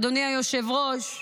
אדוני היושב-ראש,